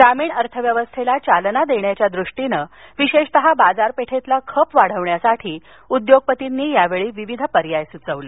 ग्रामीण अर्थव्यवस्थेला चालना देण्याच्यादृष्टीने विशेषतः बाजारपेठेतला खप वाढविण्यासाठी उद्योगपतींनी यावेळी विविध पर्याय सुचवले